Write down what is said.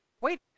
Wait